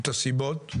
את הסיבות.